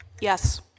yes